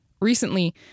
Recently